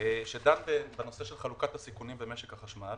שדן בנושא של חלוקת הסיכונים במשק החשמל